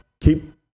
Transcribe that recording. Keep